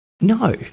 No